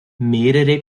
mehrere